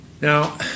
Now